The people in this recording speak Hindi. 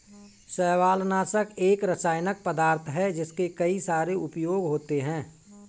शैवालनाशक एक रासायनिक पदार्थ है जिसके कई सारे उपयोग होते हैं